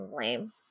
Lame